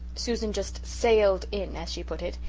susan just sailed in as she puts it,